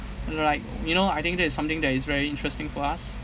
right you know I think that is something that is very interesting for us